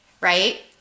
right